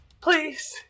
Please